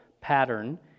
pattern